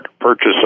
purchase